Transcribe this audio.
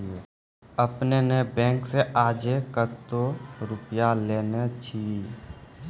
आपने ने बैंक से आजे कतो रुपिया लेने छियि?